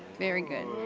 very good.